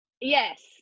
yes